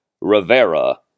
Rivera